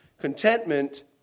Contentment